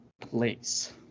place